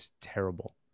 terrible